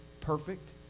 perfect